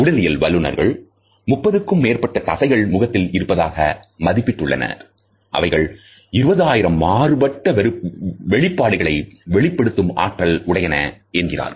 உடலியல் வல்லுனர்கள் 30க்கு மேற்பட்ட தசைகள் முகத்தில் இருப்பதாக மதிப்பிட்டுள்ளனர் அவைகள் 20000 மாறுபட்ட வெளிப்பாடுகளை வெளிப்படுத்தும் ஆற்றல் உடையன என்கிறார்கள்